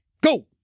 Go